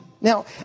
Now